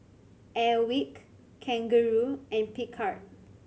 Airwick Kangaroo and Picard